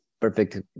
perfect